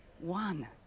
one